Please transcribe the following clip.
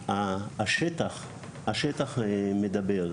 - השטח מדבר.